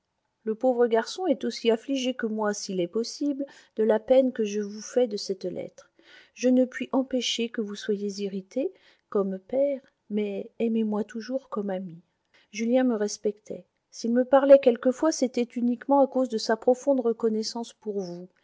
le pauvre garçon est aussi affligé que moi s'il est possible de la peine que vous fait cette lettre je ne puis empêcher que vous ne soyez irrité comme père mais aimez-moi toujours comme ami julien me respectait s'il me parlait quelquefois c'était uniquement à cause de sa profonde reconnaissance pour vous